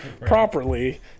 properly